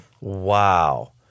Wow